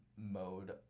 mode